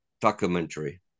documentary